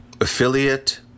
affiliate